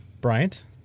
Bryant